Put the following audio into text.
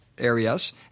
areas